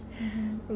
mmhmm